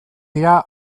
dira